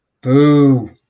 Boo